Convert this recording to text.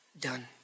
done